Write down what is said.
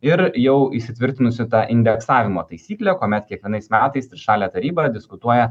ir jau įsitvirtinusi ta indeksavimo taisyklė kuomet kiekvienais metais trišalė taryba diskutuoja